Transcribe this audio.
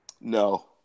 No